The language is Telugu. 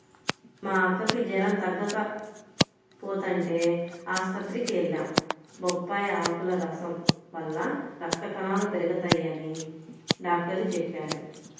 మా అక్కకి జెరం తగ్గకపోతంటే ఆస్పత్రికి వెళ్లాం, బొప్పాయ్ ఆకుల రసం వల్ల రక్త కణాలు పెరగతయ్యని డాక్టరు చెప్పారు